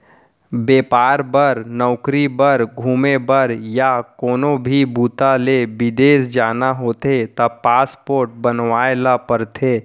बेपार बर, नउकरी बर, घूमे बर य कोनो भी बूता ले बिदेस जाना होथे त पासपोर्ट बनवाए ल परथे